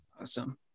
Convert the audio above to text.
awesome